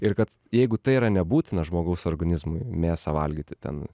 ir kad jeigu tai yra nebūtina žmogaus organizmui mėsą valgyti ten